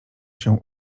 się